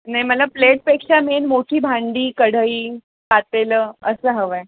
नाही मला प्लेटपेक्षा मेन मोठी भांडी कढई पातेलं असं हवं आहे